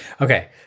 Okay